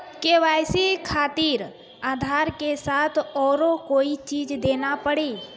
KYC खातिर आधार के साथ औरों कोई चीज देना पड़ी?